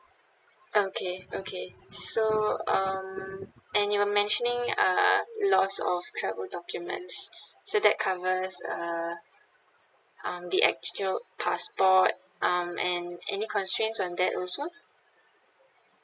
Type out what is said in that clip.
okay okay so um and you were mentioning uh loss of travel documents so that covers uh um the actual passport um and any constraints on that also